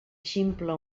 ximple